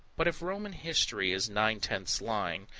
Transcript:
but if roman history is nine-tenths lying,